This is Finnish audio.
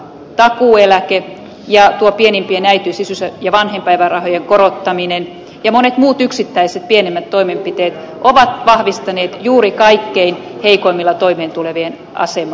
takuueläke ja pienimpien äitiys isyys ja vanhempainpäivärahojen korottaminen ja monet muut yksittäiset pienemmät toimenpiteet ovat vahvistaneet juuri kaikkein heikoimmin toimeentulevien asemaa